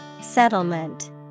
Settlement